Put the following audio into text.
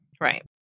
Right